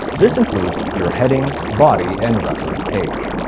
this includes your heading, body, and reference page.